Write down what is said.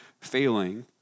failing